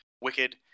wicked